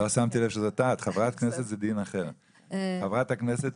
חברת הכנסת